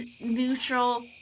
neutral